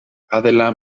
adela